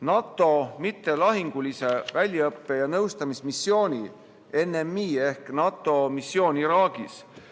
NATO mittelahingulise väljaõppe- ja nõustamismissiooni NMI (NATO missioon Iraagis)